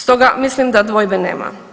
Stoga, mislim da dvojbe nema.